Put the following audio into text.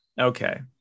Okay